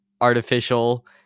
artificial